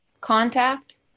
contact